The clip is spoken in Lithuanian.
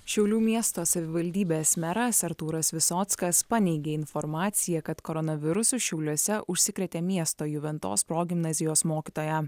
šiaulių miesto savivaldybės meras artūras visockas paneigė informaciją kad koronavirusu šiauliuose užsikrėtė miesto juventos progimnazijos mokytoja